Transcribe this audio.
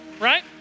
right